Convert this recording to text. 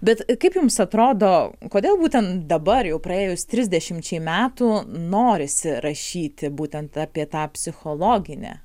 bet kaip jums atrodo kodėl būtent dabar jau praėjus trisdešimčiai metų norisi rašyti būtent apie tą psichologinę